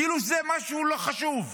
כאילו שזה משהו לא חשוב,